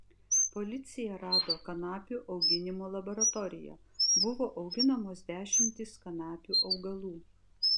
policija rado kanapių auginimo laboratoriją buvo auginamos dešimtys kanapių augalų